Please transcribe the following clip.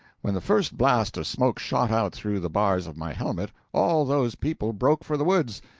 when the first blast of smoke shot out through the bars of my helmet, all those people broke for the woods,